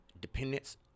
dependence